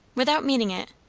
without meaning it,